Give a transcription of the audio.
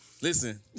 Listen